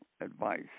advice